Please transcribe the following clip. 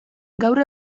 gaur